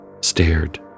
stared